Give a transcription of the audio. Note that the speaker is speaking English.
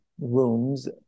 rooms